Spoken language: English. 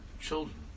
children